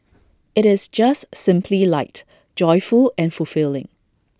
IT is just simply light joyful and fulfilling